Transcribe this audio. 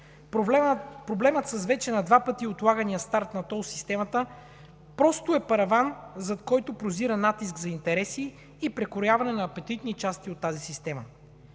Проблемът с вече на два пъти отлагания старт на тол системата просто е параван, зад който прозира натиск за интереси и прекрояване на апетитни части от тази система.